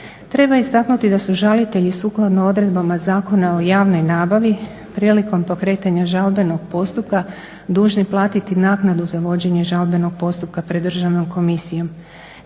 Treba istaknuti da su žalitelji sukladno odredbama Zakona o javnoj nabavi prilikom pokretanja žalbenog postupka dužni platiti naknadu za vođenje žalbenog postupka pred državnom komisijom.